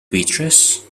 beatrice